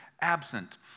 absent